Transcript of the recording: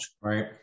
Right